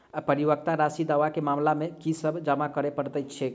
परिपक्वता राशि दावा केँ मामला मे की सब जमा करै पड़तै छैक?